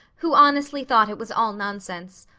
who honestly thought it was all nonsense.